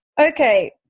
okay